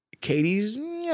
Katie's